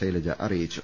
ശൈലജ അറിയിച്ചു